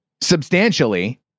substantially